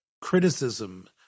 criticism